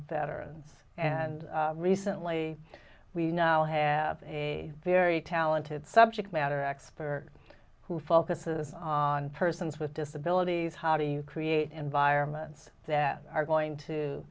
veterans and recently we now have a very talented subject matter expert who focuses on persons with disabilities how do you create environments that are going to